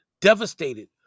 devastated